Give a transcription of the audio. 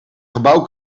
gebouw